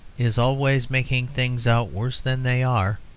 is always making things out worse than they are,